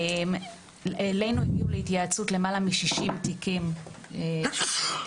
אלינו הגיעו להתייעצות למעלה מ-60 תיקי רמדאן